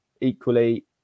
equally